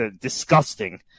disgusting